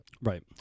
Right